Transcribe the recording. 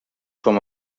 com